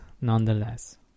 nonetheless